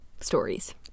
stories